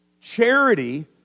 charity